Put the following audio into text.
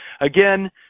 again